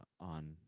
on